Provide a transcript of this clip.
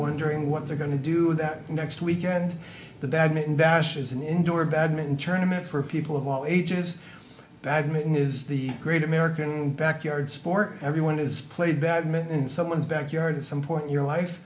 wondering what they're going to do that next weekend the badminton bashes and indoor badminton tournaments for people of all ages badminton is the great american backyard sport everyone is played badminton in someone's backyard at some